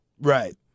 Right